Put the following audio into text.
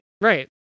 Right